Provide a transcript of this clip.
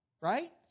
right